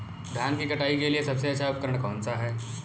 धान की कटाई के लिए सबसे अच्छा उपकरण कौन सा है?